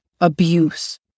abuse